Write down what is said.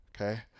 okay